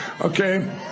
okay